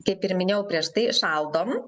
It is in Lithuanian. kaip ir minėjau prieš tai šaldom